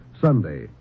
Sunday